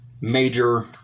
major